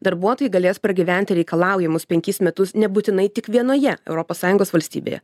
darbuotojai galės pragyventi reikalaujamus penkis metus nebūtinai tik vienoje europos sąjungos valstybėje